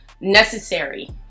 necessary